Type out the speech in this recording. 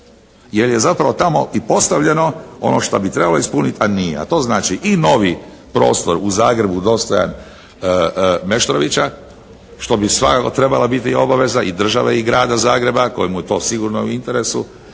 jer je zapravo tamo i postavljeno ono što bi trebalo ispuniti a nije. A to znači i novi prostor u Zagrebu dostojan Meštrovića što bi svakako trebala biti obaveza i države i grada Zagreba kojemu je to sigurno u interesu